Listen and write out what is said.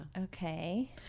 Okay